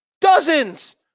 Dozens